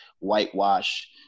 whitewash